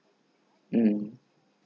mm